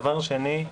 דבר שני,